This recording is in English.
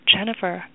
Jennifer